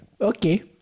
Okay